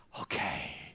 okay